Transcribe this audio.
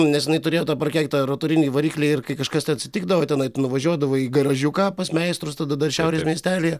nu nes jinai turėjo tą prakeiktą rotorinį variklį ir kai kažkas tai atsitikdavo tenai tu nuvažiuodavai į garažiuką pas meistrus tada dar šiaurės miestelyje